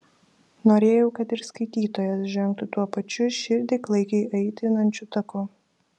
norėjau kad ir skaitytojas žengtų tuo pačiu širdį klaikiai aitrinančiu taku